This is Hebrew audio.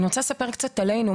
אני רוצה לספר קצת עלינו,